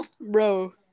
Bro